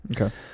Okay